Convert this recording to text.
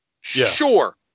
sure